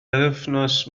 bythefnos